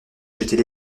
j’étais